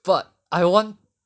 but I want